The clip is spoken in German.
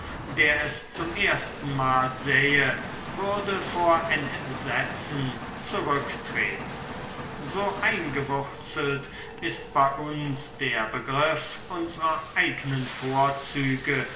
der es zum erstenmal sähe würde vor entsetzen zurücktreten so eingewurzelt ist bei uns der begriff unsrer eignen vorzüge